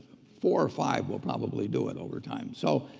four or five will probably do it over time. so